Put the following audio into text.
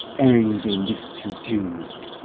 hanging is too good.